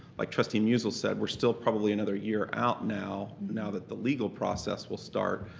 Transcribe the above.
like trustee musil said, we're still probably another year out now now that the legal process will start.